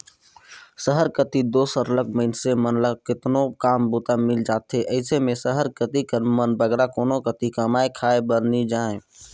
सहर कती दो सरलग मइनसे मन ल केतनो काम बूता मिल जाथे अइसे में सहर कती कर मन बगरा कोनो कती कमाए खाए बर नी जांए